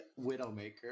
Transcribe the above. Widowmaker